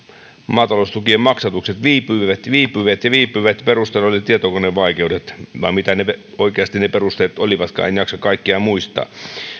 maataloustukien maksatukset viipyivät viipyivät ja viipyivät ja perusteena olivat tietokonevaikeudet vai mitä oikeasti ne perusteet olivatkaan en jaksa kaikkia muistaa